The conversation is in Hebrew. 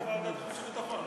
בעד זה ועדת חוץ וביטחון, לא?